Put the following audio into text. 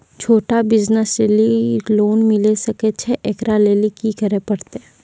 छोटा बिज़नस लेली लोन मिले सकय छै? एकरा लेली की करै परतै